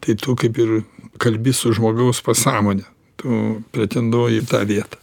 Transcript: tai tu kaip ir kalbi su žmogaus pasąmone tu pretenduoji į tą vietą